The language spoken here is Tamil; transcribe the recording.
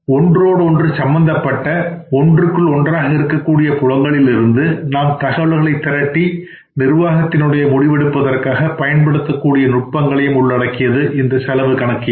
ஒன்றோடு ஒன்று சம்பந்தப்பட்ட ஒன்றுக்குள் ஒன்றாக இருக்கக்கூடிய புலங்களிலிருந்து நாம் தகவல்களைத் திரட்டி நிர்வாகத்தினுடைய முடிவெடுப்பதற்காக பயன்படுத்தகூடிய நுட்பங்களையும் உள்ளடக்கியது இந்த செலவு கணக்கியல்